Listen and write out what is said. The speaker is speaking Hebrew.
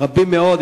רבים מאוד,